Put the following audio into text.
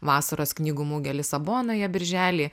vasaros knygų mugė lisabonoje birželį